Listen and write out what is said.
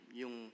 yung